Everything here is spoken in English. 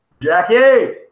jackie